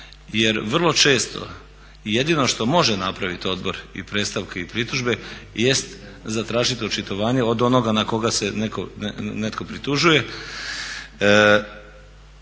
jer vrlo često jedino što može napraviti odbor i predstavke i pritužbe jest zatražit očitovanje od onoga na koga se netko pritužuje,